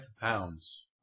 pounds